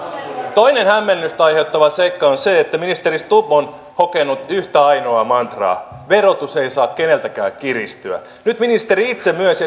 toinen hämmennystä aiheuttava seikka on se että ministeri stubb on hokenut yhtä ainoaa mantraa verotus ei saa keneltäkään kiristyä nyt ministeri itse myönsi